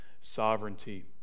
sovereignty